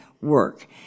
work